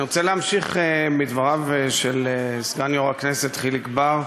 אני רוצה להמשיך את דבריו של סגן יושב-ראש הכנסת חיליק בר,